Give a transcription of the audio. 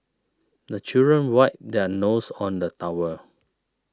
the children wipe their noses on the towel